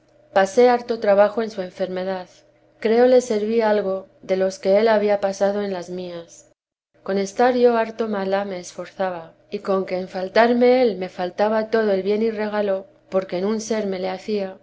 pasé harto trabajo en su enfermedad creo le serví algo de los que él había pasado en las mías con estar yo harto mala me esforzaba y con que en faltarme él me faltaba todo el bien y regalo porque en un ser me le hacía